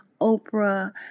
Oprah